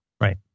right